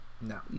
No